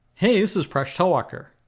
hey, this is presh talwalkar.